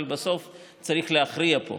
אבל בסוף צריך להכריע פה,